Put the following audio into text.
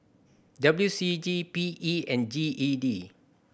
W C G P E and G E D